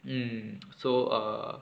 um so err